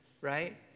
right